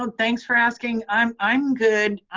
and thanks for asking, i'm i'm good.